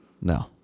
no